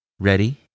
Ready